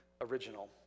original